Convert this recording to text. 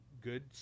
good